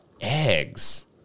eggs